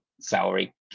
salary